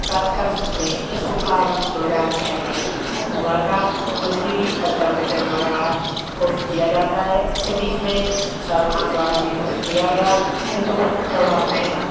प्राप्त कर सकते हैं इस सो का आरंभ दो हज़ार छः में हुआ था जो कि अमिताभ बच्चन द्वारा होश्ट किया जाता है इसे बीच में शाहरुक़ ख़ान द्वारा भी होस्ट किया गया किन्तु उतना प्रभाव नहीं